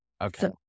Okay